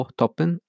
toppen